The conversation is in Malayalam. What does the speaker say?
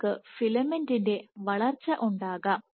നിങ്ങൾക്ക് ഫിലമെന്റിന്റെ വളർച്ച ഉണ്ടാകാം